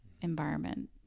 environment